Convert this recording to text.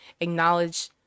Acknowledge